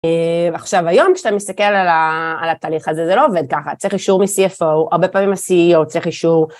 עכשיו, היום כשאתה מסתכל על התהליך הזה זה לא עובד ככה, צריך אישור מ-CFO, הרבה פעמים ה-CEO צריך אישור